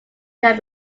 can